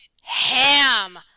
ham